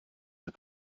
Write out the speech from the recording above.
her